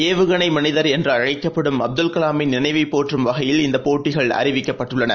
ஏவுகணை மனிதர் என்றழக்கப்படும் அப்துல் கலாமின் நினைவை போற்றம் வகையில் இந்த போட்டிகள் அறிவிக்கப்பட்டுள்ளன